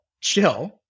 chill